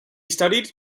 studied